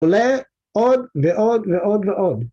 ‫עולה עוד ועוד ועוד ועוד.